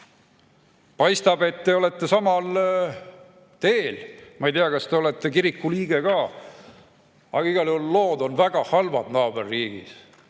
Paistab, et te olete samal teel. Ma ei tea, kas te olete ka kiriku liige, aga igal juhul lood on naaberriigis